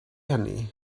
hynny